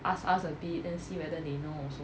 ask ask a bit then see whether they know also